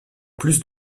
plus